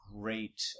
great